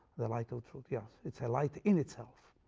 the light of truth. yes, it's a light in itself.